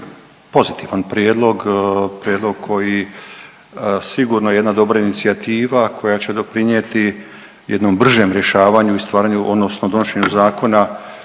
pozitivan prijedlog, prijedlog koji sigurno jedna dobra inicijativa koja će doprinijeti jednom bržem rješavanju i stvaranju odnosno donošenju zakona